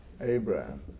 Abraham